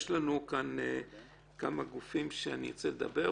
יש כמה גופים שירצו לדבר,